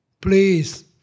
Please